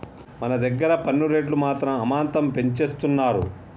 మన దగ్గర పన్ను రేట్లు మాత్రం అమాంతం పెంచేస్తున్నారు